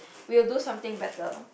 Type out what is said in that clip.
we'll do something better